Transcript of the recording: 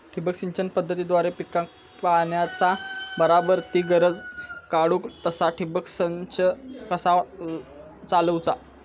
ठिबक सिंचन पद्धतीद्वारे पिकाक पाण्याचा बराबर ती गरज काडूक तसा ठिबक संच कसा चालवुचा?